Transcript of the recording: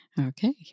Okay